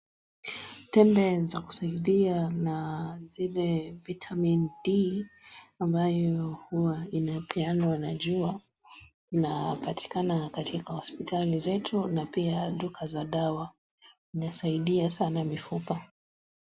Tembe za kusaidia na zile Vitamin D ambayo huwa inapeanwa na jua inapatikana katika hospitali zetu na pia duka za dawa, inasaidia sana mifupa.